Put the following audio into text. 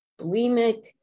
bulimic